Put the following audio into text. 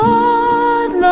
Lord